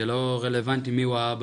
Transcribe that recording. זה לא רלבנטי מי הוא האבא.